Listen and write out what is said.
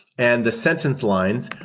and the sentence lines,